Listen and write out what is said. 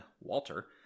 walter